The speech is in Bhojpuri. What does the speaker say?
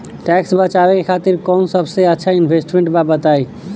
टैक्स बचावे खातिर कऊन सबसे अच्छा इन्वेस्टमेंट बा बताई?